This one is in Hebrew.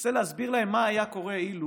נסה להסביר להם מה היה קורה אילו